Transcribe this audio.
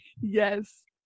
yes